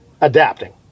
adapting